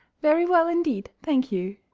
very well indeed, thank you.